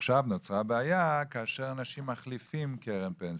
עכשיו נוצרה בעיה כאשר אנשים מחליפים קרן פנסיה.